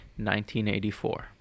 1984